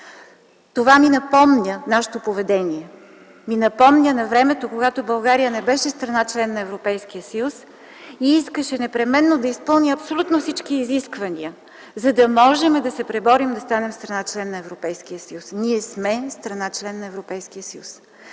процедура. Нашето поведение ми напомня на времето, когато България не беше страна –член на Европейския съюз, и искаше непременно да изпълни абсолютно всички изисквания, за да можем да се преборим и да станем страна – член на Европейския съюз. Ние сме страна – член на Европейския съюз.